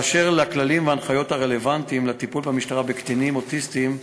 2. אשר לכללים וההנחיות הרלוונטיים לטיפול המשטרה בקטינים אוטיסטים,